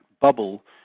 bubble